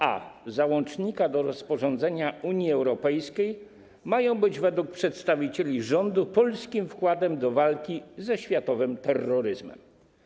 A załącznika do rozporządzenia Unii Europejskiej mają być według przedstawicieli rządu polskim wkładem do walki ze światowym terroryzmem.